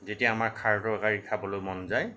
যেতিয়া আমাৰ খাৰ তৰকাৰী খাবলৈ মন যায়